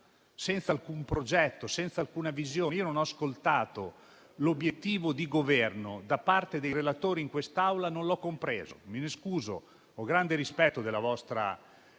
senza alcun progetto, senza alcuna visione. Io non ho ascoltato l'obiettivo di Governo da parte dei relatori in quest'Aula; non l'ho compreso e me ne scuso. Ho grande rispetto della vostra